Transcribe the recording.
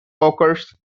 occurs